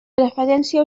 preferència